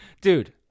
Dude